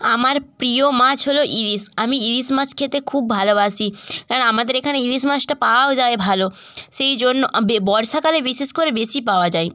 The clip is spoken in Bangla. আমার প্রিয় মাছ হলো ইলিশ আমি ইলিশ মাছ খেতে খুব ভালোবাসি আর আমাদের এখানে ইলিশ মাছটা পাওয়াও যায় ভালো সেই জন্য আমি বর্ষাকালে বিশেষ করে বেশি পাওয়া যায়